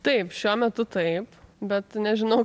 taip šiuo metu taip bet nežinau